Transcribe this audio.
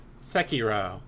Sekiro